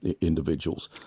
individuals